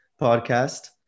podcast